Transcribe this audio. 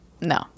No